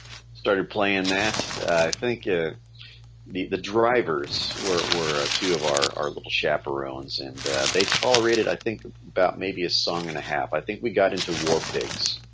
started playing that i think you the the drivers were were two of our our little chaperones, and they tolerated i think about maybe a song and a half i think we got into war pigs